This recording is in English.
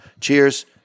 Cheers